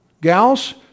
Gals